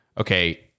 Okay